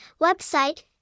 Website